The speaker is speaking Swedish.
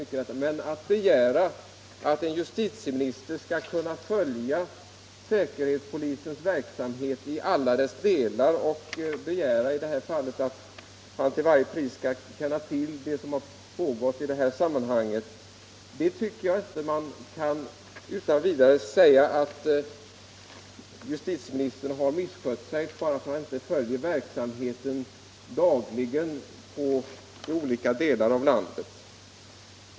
Men man kan inte begära att en justitieminister dagligen skall följa säkerhetspolisens verksamhet i alla dess delar och att han till varje pris skall känna till det som har pågått i detta sammanhang. Jag tycker inte att man utan vidare kan säga att justitieministern har misskött sig bara för att han inte regelbundet följer verksamheten i olika delar av landet.